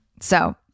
so-